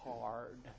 hard